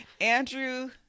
Andrew